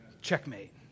Checkmate